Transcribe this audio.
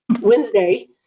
Wednesday